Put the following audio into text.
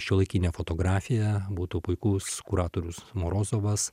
šiuolaikinė fotografija būtų puikus kuratorius morozovas